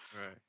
Right